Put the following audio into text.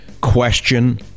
Question